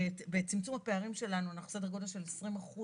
בצמצום הפערים שלנו אנחנו סדר גודל של 20%